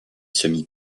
semi